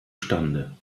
stande